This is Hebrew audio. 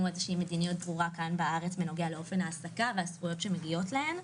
מדיניות ברורה בארץ בנוגע לאופן ההעסקה והזכויות שמגיעות להם.